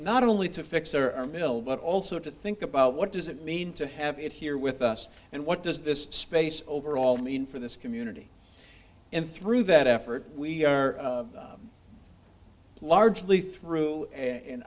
not only to fix our mill but also to think about what does it mean to have it here with us and what does this space overall mean for this community and through that effort we are largely through an